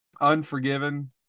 Unforgiven